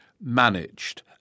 managed